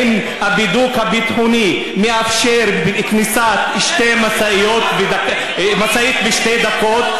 האם הבידוק הביטחוני מאפשר כניסת משאית בשתי דקות?